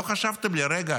לא חשבתם לרגע